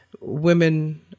women